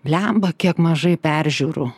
bliamba kiek mažai peržiūrų